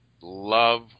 love